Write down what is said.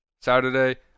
Saturday